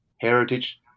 heritage